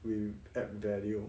we add value